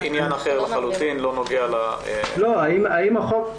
זה עניין אחר לחלוטין שלא נוגע להצעת החוק שלפנינו,